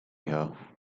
her